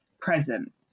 present